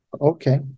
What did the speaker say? Okay